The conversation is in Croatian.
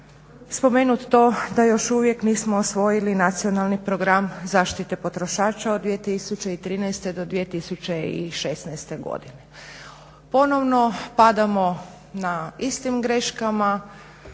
spomenut to da još uvijek nismo osvojili nacionalni program zaštite potrošača od 2013.-2016.godine. Ponovno padamo na istim greškama,